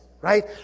Right